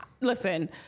listen